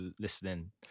listening